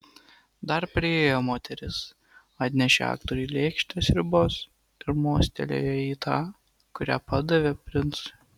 dar priėjo moteris atnešė aktoriui lėkštę sriubos ir mostelėjo į tą kurią padavė princui